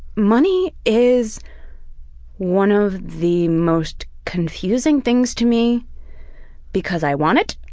money is one of the most confusing things to me because i want it,